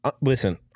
Listen